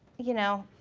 you know,